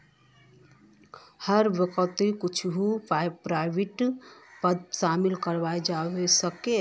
हर बैंकोत कुछु प्राइवेट पद शामिल कराल जवा सकोह